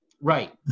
right